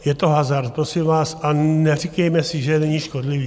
Je to hazard, prosím vás, a neříkejme si, že není škodlivý.